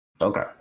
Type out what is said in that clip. Okay